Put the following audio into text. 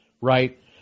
right